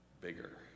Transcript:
bigger